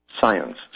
science